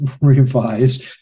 revised